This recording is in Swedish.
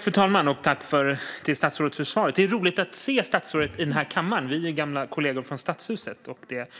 Fru talman! Tack, statsrådet, för svaret! Det är roligt att se statsrådet i denna kammare. Vi är gamla kollegor från Stadshuset, och det